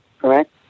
correct